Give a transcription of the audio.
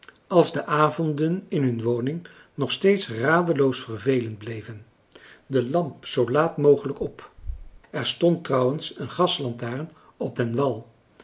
als de avonden in hun woning nog steeds radeloos vervelend bleven de lamp zoo laat mogelijk op er stond trouwens een gaslantaarn op den wal